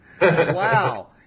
wow